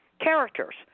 characters